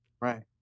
right